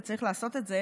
וצריך לעשות את זה,